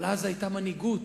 אבל אז היתה מנהיגות.